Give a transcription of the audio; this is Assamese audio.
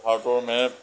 ভাৰতৰ মেপ